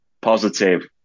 positive